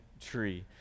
tree